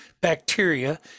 bacteria